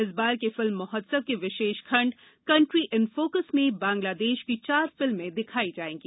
इस बार के फिल्म महोत्सव के विशेष खण्ड कंट्री इन फोकस में बांग्लादेश की चार फिल्में दिखाई जायेंगी